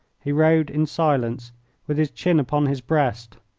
he rode in silence with his chin upon his breast,